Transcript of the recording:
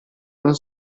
non